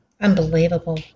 Unbelievable